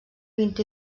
vint